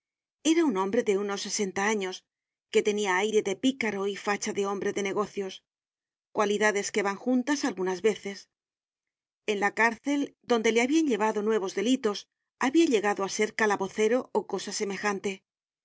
era un hombre deunos sesenta años que tenia aire de picaro y facha de hombre de nogocios cualidades que van juntas algunas veces en la cárcel adonde le habian llevado nuevos delitos habia llegado á ser calabocero ó cosa semejante